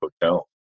hotel